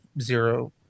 zero